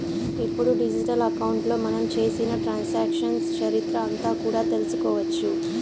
ఇప్పుడు డిజిటల్ అకౌంట్లో మనం చేసిన ట్రాన్సాక్షన్స్ చరిత్ర అంతా కూడా తెలుసుకోవచ్చు